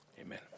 Amen